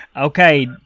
Okay